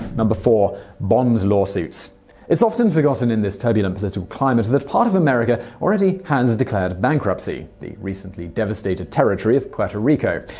four. bond lawsuits it's often forgotten in this turbulent political climate that part of america already has declared bankruptcy the recently devastated territory of puerto rico.